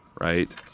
right